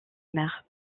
mer